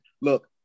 Look